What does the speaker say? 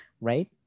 right